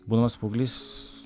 būdamas paauglys